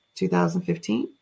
2015